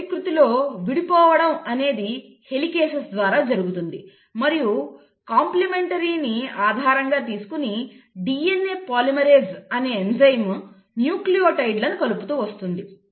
DNA ప్రతికృతిలో విడిపోవడం అనేది హేలీక్సెస్ ద్వారా జరుగుతుంది మరియు కాంప్లిమెంటరీతి ను ఆధారంగా చేసుకొని DNA పాలిమరేస్ అనే ఎంజైము న్యూక్లియోటైడ్ లను కలుపుతూ వస్తుంది